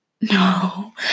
No